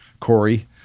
Corey